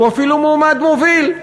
הוא אפילו מועמד מוביל.